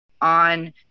on